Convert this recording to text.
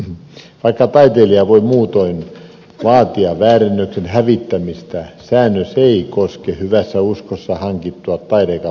vaikka taiteilija voi muutoin vaatia väärennöksen hävittämistä säännös ei koske hyvässä uskossa hankittua taidekappaletta